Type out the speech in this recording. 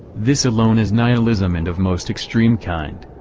this alone is nihilism and of most extreme kind.